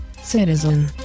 citizen